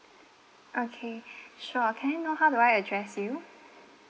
okay sure can I know how do I address you